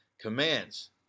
commands